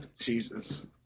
Jesus